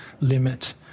limit